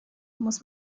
muss